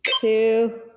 two